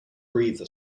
breathe